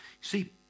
See